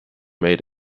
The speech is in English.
made